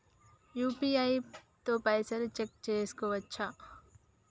UPI తో పైసల్ check చేసుకోవచ్చా?